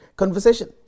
Conversation